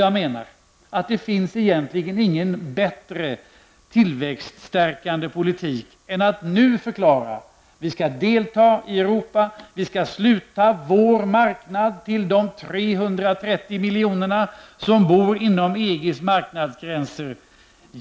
Jag menar att det egentligen inte finns någon bättre tillväxtstärkande politik än den som går ut på att nu förklara att vi skall delta i Europa, att vi skall ansluta vår marknad till de 330 miljoner som bor inom EGs marknadsgränser.